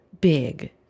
big